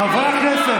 די כבר, חברי הכנסת.